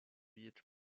each